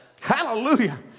Hallelujah